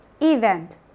Event